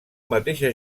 mateixa